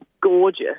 gorgeous